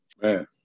Man